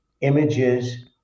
images